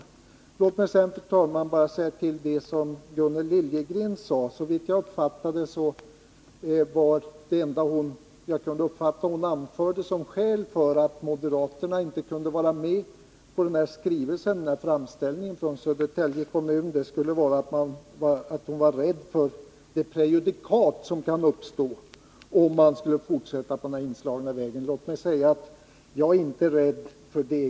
Låt mig sedan, fru talman, bara säga några ord med anledning av Gunnel Liljegrens inlägg. Det enda hon anförde som skäl för att moderaterna inte kunde vara med på framställningen från Södertälje kommun var, såvitt jag uppfattade, att man var rädd för det prejudikat som kunde uppstå om vi skulle fortsätta på den inslagna vägen. Jag vill säga att jag inte är rädd för det.